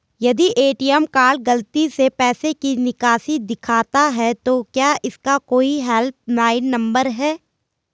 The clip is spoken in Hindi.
यदि ए.टी.एम कार्ड गलती से पैसे की निकासी दिखाता है तो क्या इसका कोई हेल्प लाइन नम्बर है?